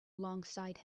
alongside